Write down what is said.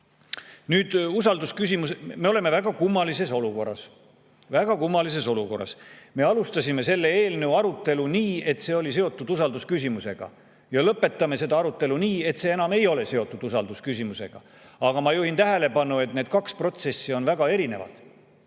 poliitiline võitlus. Me oleme väga kummalises olukorras, väga kummalises olukorras. Me alustasime selle eelnõu arutelu nii, et see oli seotud usaldusküsimusega, ja lõpetame seda arutelu nii, et see enam ei ole seotud usaldusküsimusega. Ma juhin tähelepanu, et need kaks protsessi on väga erinevad.